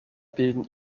bilden